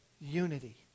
Unity